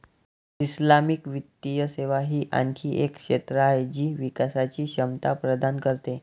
Islamic वित्तीय सेवा ही आणखी एक क्षेत्र आहे जी विकासची क्षमता प्रदान करते